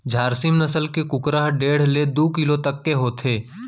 झारसीम नसल के कुकरा ह डेढ़ ले दू किलो तक के होथे